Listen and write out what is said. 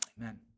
amen